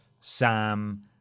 Sam